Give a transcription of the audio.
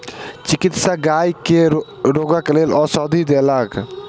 चिकित्सक गाय के रोगक लेल औषधि देलक